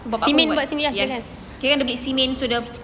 bapa aku yes kirakan dia beli cement so dia